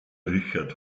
richard